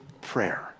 prayer